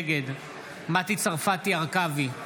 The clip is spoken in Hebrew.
נגד מטי צרפתי הרכבי,